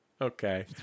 okay